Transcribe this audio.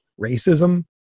racism